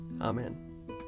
Amen